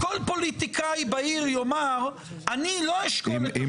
כל פוליטיקאי בעיר יאמר: אני לא אשקול --- אם